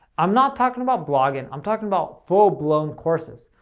i'm not talking about vlogging, i'm talking about full-blown courses.